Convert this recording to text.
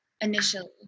initially